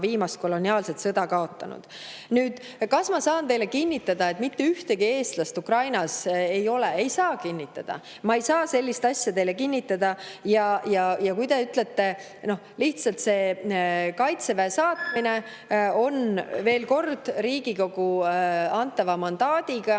viimast koloniaalset sõda kaotanud. Nüüd, kas ma saan teile kinnitada, et mitte ühtegi eestlast Ukrainas ei ole? Ei saa kinnitada. Ma ei saa sellist asja teile kinnitada. Kaitseväe saatmine [käib], veel kord, Riigikogu antava mandaadiga,